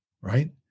right